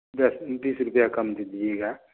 दस बीस रुपया कम दीजिएगा